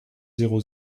zéro